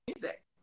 music